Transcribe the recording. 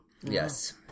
Yes